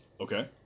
Okay